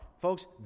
Folks